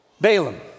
Balaam